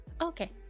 Okay